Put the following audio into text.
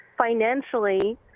Financially